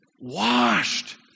Washed